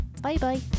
Bye-bye